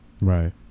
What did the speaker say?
right